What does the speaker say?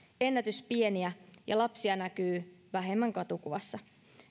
ennätyspieniä ja lapsia näkyy vähemmän katukuvassa